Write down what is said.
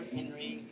Henry